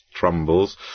Trumbles